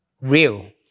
real